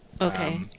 Okay